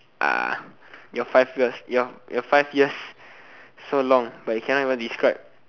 ah your five years your your five years so long but you cannot even describe